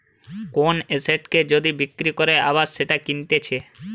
কোন এসেটকে যদি বিক্রি করে আবার সেটা কিনতেছে